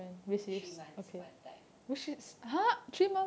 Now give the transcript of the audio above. three months one time